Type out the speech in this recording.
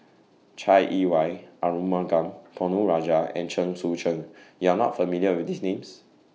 Chai Yee Wei Arumugam Ponnu Rajah and Chen Sucheng YOU Are not familiar with These Names